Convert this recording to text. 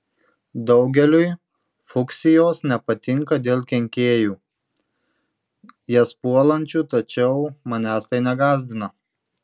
daugeliui fuksijos nepatinka dėl kenkėjų jas puolančių tačiau manęs tai negąsdina